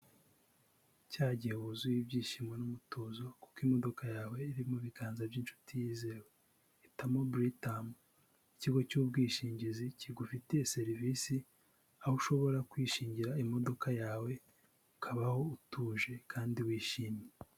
Cya gihe wuzuye ibyishimo n'umutuzo kuko imodoka yawe iri mu biganza by'inshuti yizewe hitamo buritamu ikigo cy'ubwishingizi kigufitiye serivisi aho ushobora kwishingira imodoka yawe ukabaho utuje kandi wishimye.